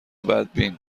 بدبین